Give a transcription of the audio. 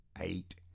eight